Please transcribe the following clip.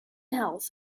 health